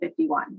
51